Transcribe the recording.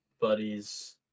buddies